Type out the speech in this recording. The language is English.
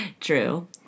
True